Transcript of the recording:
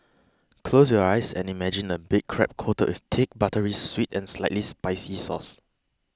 close your eyes and imagine a big crab coated with thick buttery sweet and slightly spicy sauce